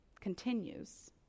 continues